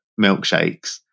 milkshakes